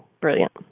brilliant